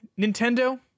Nintendo